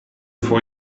vor